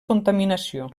contaminació